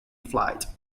flight